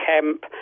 Kemp